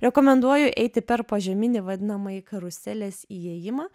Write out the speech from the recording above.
rekomenduoju eiti per požeminį vadinamąjį karuselės įėjimą